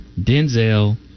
Denzel